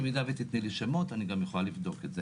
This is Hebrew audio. במידה ותתני לי שמות אני גם יכולה לבדוק את זה.